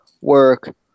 work